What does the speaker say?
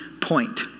point